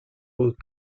aux